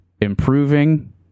improving